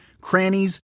crannies